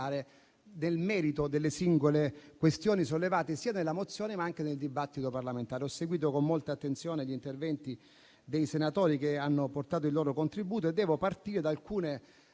del merito delle singole questioni sollevate sia nella mozione, sia nel dibattito parlamentare. Ho seguito con molta attenzione gli interventi dei senatori che hanno portato il loro contributo e devo partire da alcune